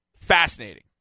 fascinating